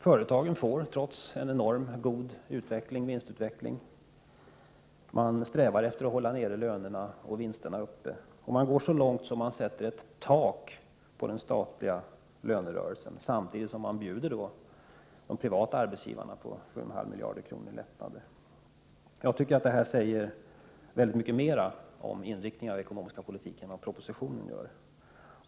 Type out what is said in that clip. Företagen strävar trots en enormt god vinstutveckling efter att hålla lönerna nere och vinsterna uppe. Man går så långt att man sätter ett tak på den statliga lönerörelsen samtidigt som man bjuder de privata arbetsgivarna på 7,5 miljarder kronor i lättnader. Jag tycker att detta säger mycket mera om inriktningen av den ekonomiska politiken än vad propositionen gör.